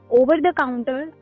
over-the-counter